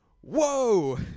Whoa